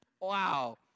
Wow